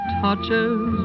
Touches